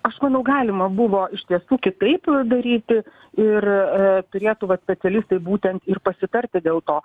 aš manau galima buvo iš tiesų kitaip daryti ir a turėtų vat specialistai būtent ir pasitarti dėl to